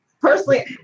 Personally